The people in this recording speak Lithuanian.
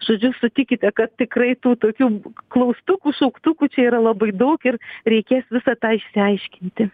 žodžiu sutikite kad tikrai tų tokių klaustukų šauktukų čia yra labai daug ir reikės visą tą išsiaiškinti